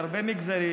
להרבה מגזרים.